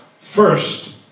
First